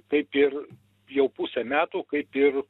kaip ir jau pusę metų kaip ir